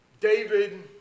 David